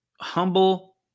humble